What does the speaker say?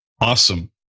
Awesome